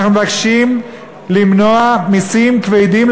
אנחנו מבקשים למנוע מסים כבדים,